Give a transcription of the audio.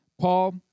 Paul